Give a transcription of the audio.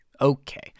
Okay